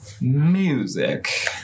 music